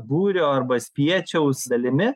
būrio arba spiečiaus dalimi